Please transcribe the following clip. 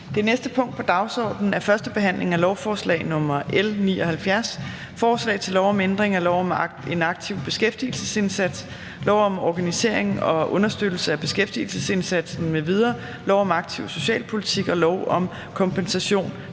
Det næste punkt på dagsordenen er: 6) 1. behandling af lovforslag nr. L 79: Forslag til lov om ændring af lov om en aktiv beskæftigelsesindsats, lov om organisering og understøttelse af beskæftigelsesindsatsen m.v., lov om aktiv socialpolitik og lov om kompensation